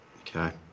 Okay